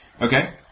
Okay